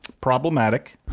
problematic